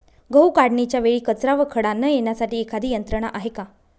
गहू काढणीच्या वेळी कचरा व खडा न येण्यासाठी एखादी यंत्रणा आहे का?